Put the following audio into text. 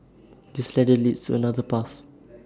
this ladder leads to another path